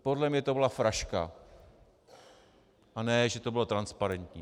Podle mě to byla fraška, a ne že to bylo transparentní.